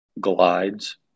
glides